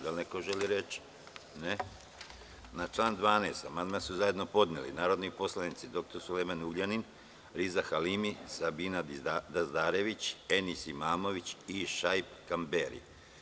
Da li neko želi reč? (Ne.) Na član 12 amandman su zajedno podneli narodni poslanici dr Sulejman Ugljanin, Riza Halimi, Sabina Dazdarević, Enis Imamović i Šaip Kamberi.